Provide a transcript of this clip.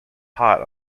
hot